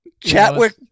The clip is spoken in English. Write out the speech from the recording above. Chatwick